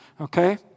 Okay